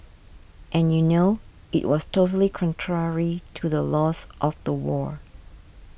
and you know it was totally contrary to the laws of the war